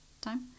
time